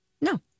No